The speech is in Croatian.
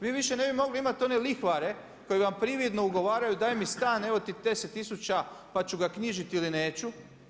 Vi više ne bi mogli imati one lihvare koji vam prividno ugovaraju daj mi stan, evo ti 10 tisuća pa ću ga knjižiti ili neću.